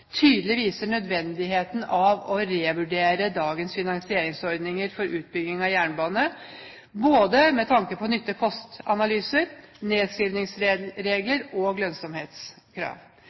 tydelig viser nødvendigheten av å revurdere dagens finansieringsordninger for utbygging av jernbane med tanke på både nytte–kost-analyser, nedskrivningsregler og lønnsomhetskrav.